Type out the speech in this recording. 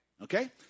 Okay